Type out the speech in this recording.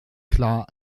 klar